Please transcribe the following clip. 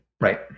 Right